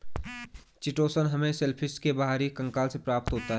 chitosan हमें shellfish के बाहरी कंकाल से प्राप्त होता है